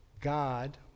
God